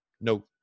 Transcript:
no